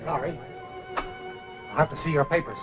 sorry to see your papers